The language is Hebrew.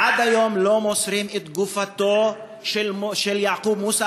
עד היום לא מוסרים את גופתו של יעקוב מוסא